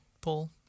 pull